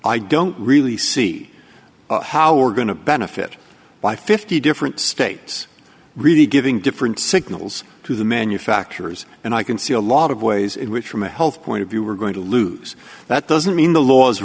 i don't really see how we're going to benefit by fifty different states really giving different signals to the manufacturers and i can see a lot of ways in which from a health point of view we're going to lose that doesn't mean the law